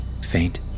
faint